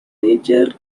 nature